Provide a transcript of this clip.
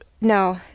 no